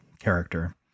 character